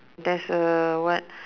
there's a what